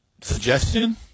suggestion